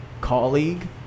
colleague